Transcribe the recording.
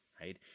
right